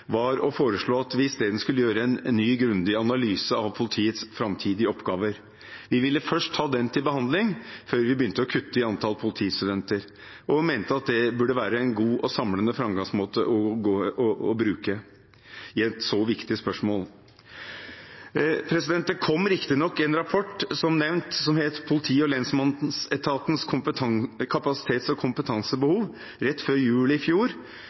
foreslå at vi isteden skulle gjøre en ny, grundig analyse av politiets framtidige oppgaver. Vi ville først ha den til behandling før vi begynte å kutte i antall politistudenter, og mente at det burde være en god og samlende framgangsmåte å bruke i et så viktig spørsmål. Det kom, som nevnt, riktignok en rapport som het Politi- og lensmannsetatens kapasitets- og kompetansebehov, rett før jul i fjor.